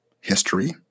history